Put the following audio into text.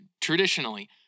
Traditionally